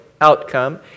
outcome